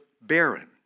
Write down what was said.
barren